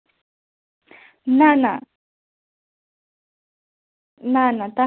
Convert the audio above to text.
نہ اَتھ ہیٚکہِ نہ گٔژھِتھ مطلب